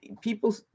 People